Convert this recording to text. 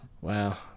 Wow